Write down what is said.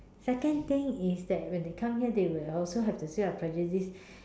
second thing is that when they come here they will also have to say our prejudice